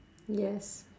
yes